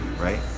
right